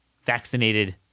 vaccinated